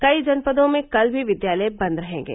कई जनपदों में कल भी विद्यालय बंद रहेंगे